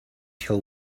till